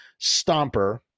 stomper